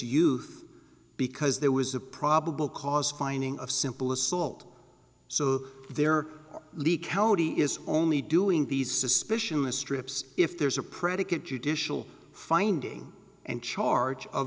youth because there was a probable cause finding of simple assault so there leak out he is only doing these suspicion a strips if there's a predicate judicial finding and charge of